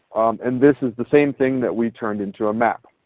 and this is the same thing that we turned into a map.